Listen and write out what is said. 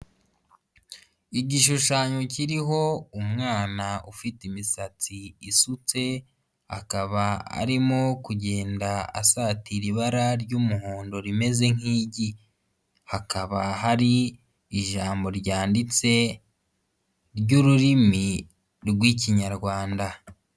Igishushanyo kiriho umwana ufite imisatsi isutse, akaba arimo kugenda asatira ibara ry'umuhondo rimeze nk'igi, hakaba hari ijambo ryanditse ry'ururimi rw'Ikinyarwanda.